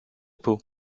pau